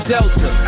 Delta